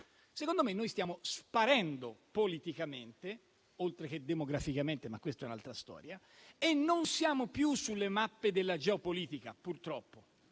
Secondo me, noi stiamo sparendo politicamente - oltre che demograficamente, ma questa è un'altra storia - e non siamo più, purtroppo, sulle mappe della geopolitica. Non